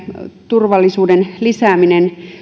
turvallisuuden lisääminen